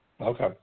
Okay